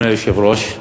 אדוני היושב-ראש,